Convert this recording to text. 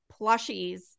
plushies